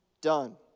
done